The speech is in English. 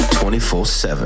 24-7